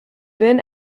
been